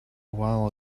while